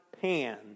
Pan